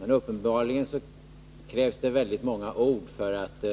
Men uppenbarligen krävs det väldigt många ord för att